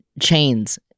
chains